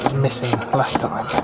missing last time.